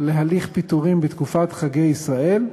להליך פיטורים בתקופת חגי ישראל,